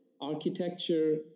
Architecture